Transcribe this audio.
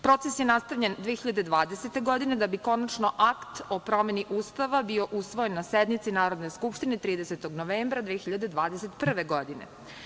Proces je nastavljen 2020. godine da bi konačno Akt o promeni Ustava bio usvojen na sednici Narodne skupštine 30. novembra 2021. godine.